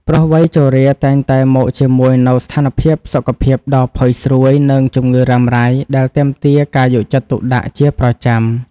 ព្រោះវ័យជរាតែងតែមកជាមួយនូវស្ថានភាពសុខភាពដ៏ផុយស្រួយ និងជំងឺរ៉ាំរ៉ៃដែលទាមទារការយកចិត្តទុកដាក់ជាប្រចាំ។